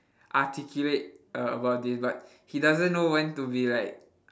articulate uh about this but he doesn't know when to be like